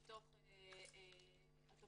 שמתוך 24 רשויות שיש בהן למעלה מ-1,500 יוצאי אתיופיה,